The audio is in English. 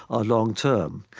are long term.